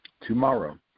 tomorrow